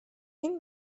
این